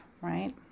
right